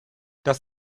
das